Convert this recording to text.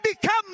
become